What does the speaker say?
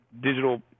digital